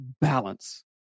balance